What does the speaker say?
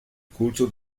culto